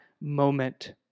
moment